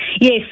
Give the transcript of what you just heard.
Yes